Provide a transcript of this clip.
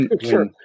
sure